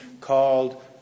called